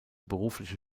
berufliche